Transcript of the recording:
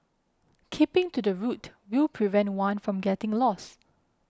keeping to the route will prevent one from getting lost